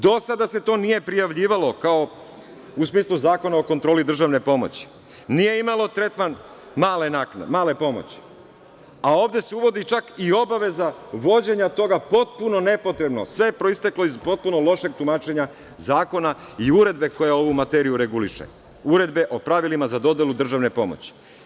Do sada se to nije prijavljivalo, u smislu Zakona o kontroli državne pomoći, nije imalo tretman male pomoći, a ovde se uvodi čak i obaveza vođenja toga, potpuno nepotrebno, sve je proisteklo iz potpuno lošeg tumačenja zakona i uredbe koja ovu materiju reguliše, Uredbe o pravilima za dodelu državne pomoći.